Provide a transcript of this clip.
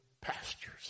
pastures